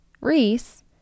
Reese